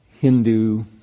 Hindu